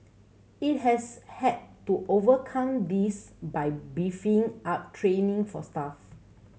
it has had to overcome this by beefing up training for staff